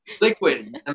liquid